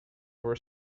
over